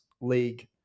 league